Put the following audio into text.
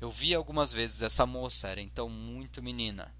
eu vi algumas vezes essa moça era então muito menina